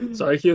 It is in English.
sorry